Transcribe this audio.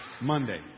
Monday